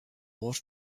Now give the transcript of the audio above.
more